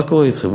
מה קורה אתכם,